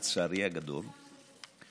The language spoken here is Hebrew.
לצערי הגדול,